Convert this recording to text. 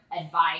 advice